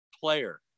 player